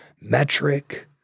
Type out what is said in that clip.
metric